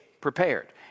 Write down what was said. prepared